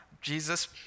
Jesus